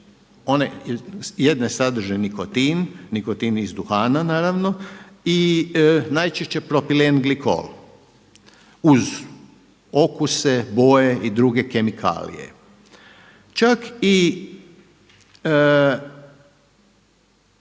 Jedne sadrže nikotin, nikotin iz duhana naravno i najčešće propilen glikol uz okuse, boje i druge kemikalije. Čak i